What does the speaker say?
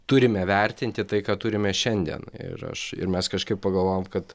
turime vertinti tai ką turime šiandien ir aš ir mes kažkaip pagalvojom kad